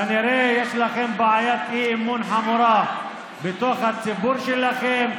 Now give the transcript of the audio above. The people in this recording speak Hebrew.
כנראה יש לכם בעיית אי-אמון חמורה בתוך הציבור שלכם.